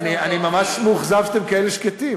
אני ממש מאוכזב שאתם כאלה שקטים,